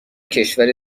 کشور